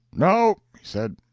no, he said,